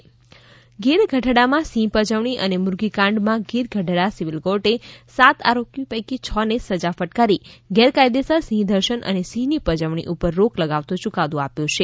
સિંહની પજવણી ગિરગઢડામાં સિંહ પજવણી અને મુરઘી કાંડમાં ગિરગઢડા સિવિલ કોર્ટે સાત આરોપી પૈકી છને સજા ફટકારી ગેરકાયદેસર સિંહ દર્શન અને સિંહની પજવણી ઉપર રોક લગાવતો યુકાદો આપ્યો છે